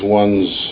one's